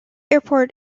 airport